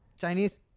Chinese